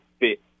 fit